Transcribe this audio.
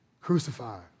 crucified